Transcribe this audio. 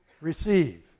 receive